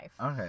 Okay